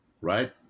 right